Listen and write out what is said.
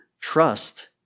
trust